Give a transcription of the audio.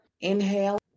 inhale